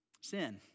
sin